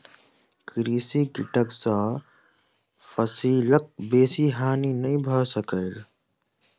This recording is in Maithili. कृषि कीटक सॅ फसिलक बेसी हानि नै भ सकल